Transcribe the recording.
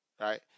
right